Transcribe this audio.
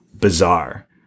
bizarre